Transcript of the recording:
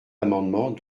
amendement